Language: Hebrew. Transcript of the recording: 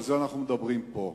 ועל זה אנחנו מדברים פה.